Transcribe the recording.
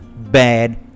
bad